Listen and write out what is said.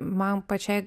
man pačiai